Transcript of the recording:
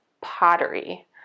pottery